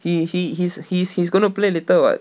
he he he's he's he's going to play later [what]